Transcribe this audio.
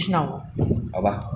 the old food court before